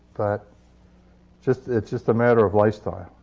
but just it's just a matter of lifestyle.